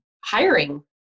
hiring